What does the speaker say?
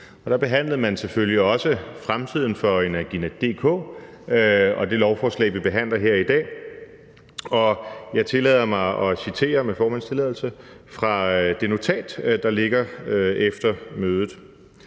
der behandlede man selvfølgelig også fremtiden for Energinet og det lovforslag, vi behandler her i dag. Med formandens tilladelse tillader jeg mig at citere fra det notat, der ligger efter mødet: